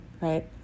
Right